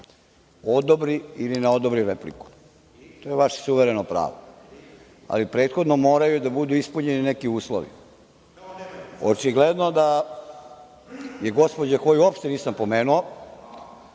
odobri ili ne odobri repliku. To je vaše suvereno pravo. Ali, prethodno moraju da budu ispunjeni neki uslovi. Očigledno da je gospođa koju uopšte nisam pomenuo,